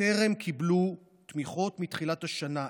טרם קיבלו תמיכות מתחילת השנה,